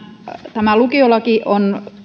tämä lu kiolaki on